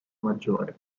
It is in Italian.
maggiore